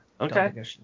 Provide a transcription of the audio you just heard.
Okay